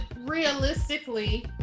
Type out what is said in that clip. realistically